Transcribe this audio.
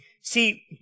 See